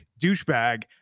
douchebag